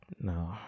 No